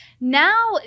Now